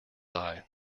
eye